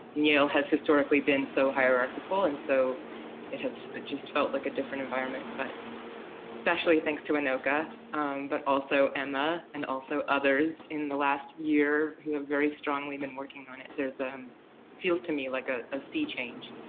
yale has historically been so hierarchical. and so it has just felt like a different environment but especially thanks to anoka but also emma and also others in the last year who have very strongly been working on it. ah it feels to me like ah a sea change.